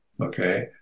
Okay